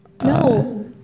No